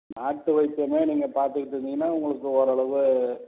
நாட்டு வைத்தியமே நீங்கள் பார்த்துக்கிட்டு இருந்தீங்கன்னால் உங்களுக்கு ஓரளவு